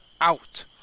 out